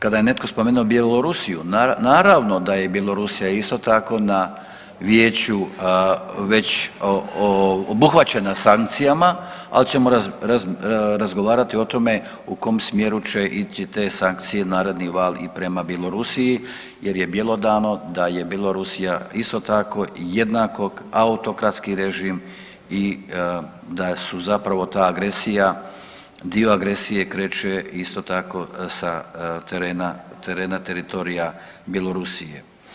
Kada je netko spomenuo Bjelorusiju naravno da je Bjelorusija isto tako na Vijeću već obuhvaćena sankcijama, ali ćemo razgovarati o tome u kom smjeru će ići te sankcije naredni val i prema Bjelorusiji jer je bjelodano da je Bjelorusija isto tako jednako autokratski režim i da su zapravo ta agresija, dio agresije kreće isto tako sa terena teritorija Bjelorusije.